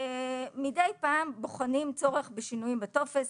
מדי פעם בוחנים צורך בשינויים בטופס,